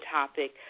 topic